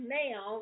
now